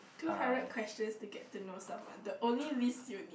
two hundred questions to get to know someone the only list you need